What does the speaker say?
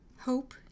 Hope